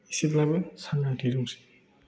एसेब्लाबो सांग्रांथि दंसै